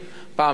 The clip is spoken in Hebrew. פעם זה לכבאות,